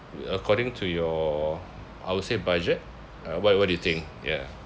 according to your I would say budget uh what what do you think ya